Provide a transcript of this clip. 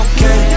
Okay